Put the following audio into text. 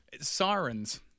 Sirens